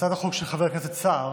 הצעת החוק של חבר הכנסת סער